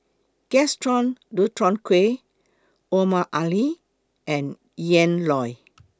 Gaston Dutronquoy Omar Ali and Ian Loy